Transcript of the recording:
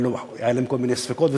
היו להם כל מיני ספקות,